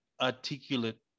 articulate